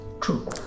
true